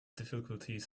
difficulties